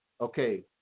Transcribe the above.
Okay